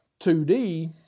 2D